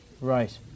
Right